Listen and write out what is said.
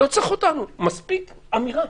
לא צריך אותנו, מספיקה אמירה.